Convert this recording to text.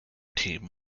team